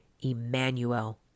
Emmanuel